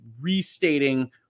restating